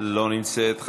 לא נמצאת.